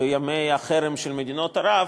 בימי החרם של מדינות ערב,